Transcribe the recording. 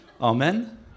Amen